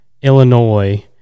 Illinois